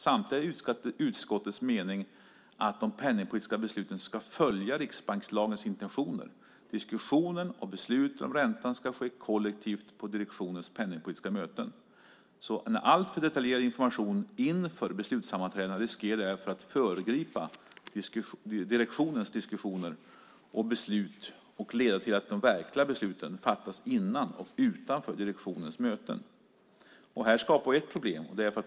Samtidigt är det utskottets mening att de penningpolitiska besluten ska följa riksbankslagens intentioner. Diskussioner och beslut om räntan ska ske kollektivt på direktionens penningpolitiska möten. En alltför detaljerad information inför beslutssammanträdena riskerar att föregripa direktionens diskussioner och beslut och leda till att de verkliga besluten fattas före och utanför direktionens möten. Det skapar ett problem.